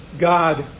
God